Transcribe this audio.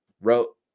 wrote